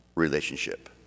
relationship